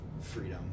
freedom